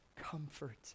Comfort